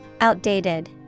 Outdated